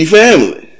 family